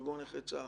ארגון נכי צה"ל,